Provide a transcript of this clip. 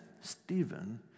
Stephen